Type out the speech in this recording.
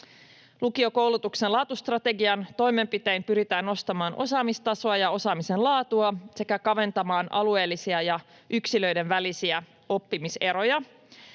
Lukiokoulutuksen laatustrategian toimenpitein pyritään nostamaan osaamistasoa ja osaamisen laatua sekä kaventamaan alueellisia ja yksilöiden välisiä oppimiseroja.